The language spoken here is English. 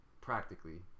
practically